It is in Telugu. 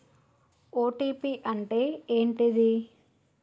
ఓ.టీ.పి అంటే ఏంటిది?